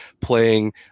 playing